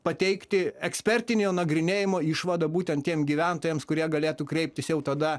pateikti ekspertinio nagrinėjimo išvadą būtent tiem gyventojams kurie galėtų kreiptis jau tada